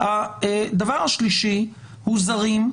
הדבר השלישי הוא זרים,